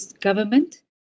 government